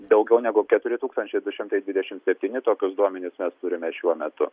daugiau negu keturi tūkstančiai du šimtai dvidešimt septyni tokius duomenis mes turime šiuo metu